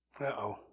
Uh-oh